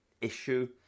issue